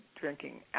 drinking